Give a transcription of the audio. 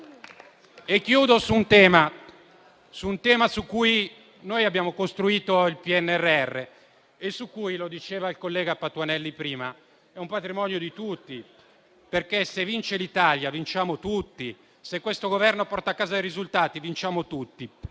con un tema su cui noi abbiamo costruito il PNRR che - come diceva prima il collega Patuanelli - è un patrimonio di tutti. Se vince l'Italia, vinciamo tutti. Se questo Governo porta a casa dei risultati, vinciamo tutti.